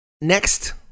next